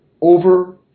over